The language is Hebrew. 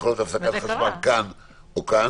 ויכולה להיות הפסקת חשמל כאן או כאן.